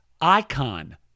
Icon